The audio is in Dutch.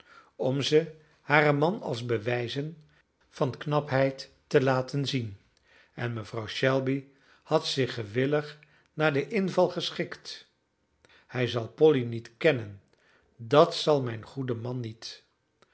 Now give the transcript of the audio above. om ze haren man als bewijzen van knapheid te laten zien en mevrouw shelby had zich gewillig naar den inval geschikt hij zal polly niet kennen dat zal mijn goede man niet